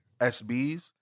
SBs